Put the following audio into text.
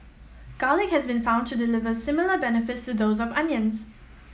garlic has been found to deliver similar benefits to those of onions